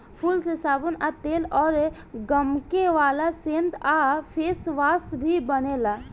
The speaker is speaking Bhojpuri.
फूल से साबुन आ तेल अउर गमके वाला सेंट आ फेसवाश भी बनेला